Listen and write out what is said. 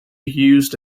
used